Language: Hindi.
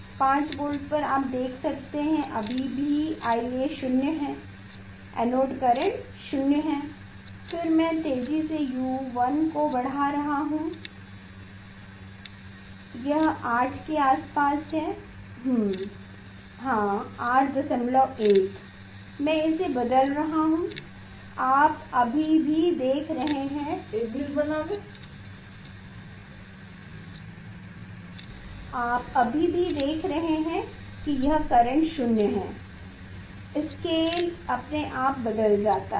5 वोल्ट पर आप देख सकते हैं अभी भी IA 0 है एनोड करेंट 0 है फिर मैं तेजी से U1 को बढ़ा रहा हूं यह 8 के आसपास है हाँ 81 मैं इसे बदल रहा हूँ आप अभी भी देख रहे हैं कि यह करेंट 0 है स्केल अपने आप बदल जाता है